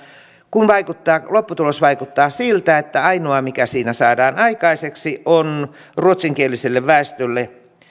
kun lopputulos vaikuttaa siltä että ainoa mikä siinä saadaan aikaiseksi on ruotsinkieliselle väestölle